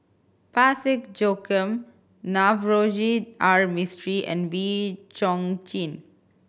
Parsick Joaquim Navroji R Mistri and Wee Chong Jin